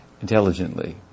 intelligently